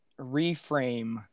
reframe